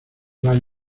ryan